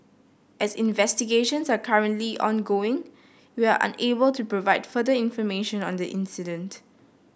as investigations are currently ongoing we are unable to provide further information on the incident